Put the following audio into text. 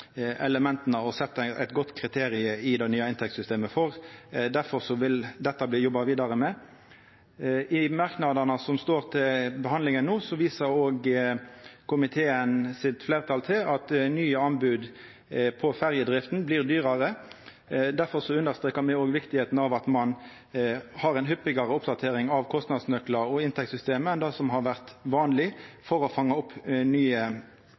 elementa å setja eit godt kriterium for i det nye inntektssystemet. Derfor vil ein jobba vidare med dette. I merknadene viser komiteens fleirtal til at nye anbod på ferjedrifta blir dyrare. Difor understrekar me kor viktig det er at ein har ei hyppigare oppdatering av kostnadsnøklar og inntektssystem enn det som har vore vanleg, for å fange opp nye